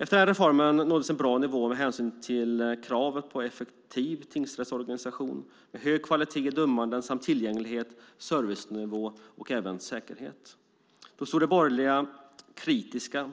Efter den reformen nåddes en bra nivå med hänsyn till kravet på en effektiv tingsrättsorganisation med hög kvalitet i dömandet samt tillgänglighet, servicenivå och säkerhet. Då stod de borgerliga kritiska